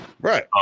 Right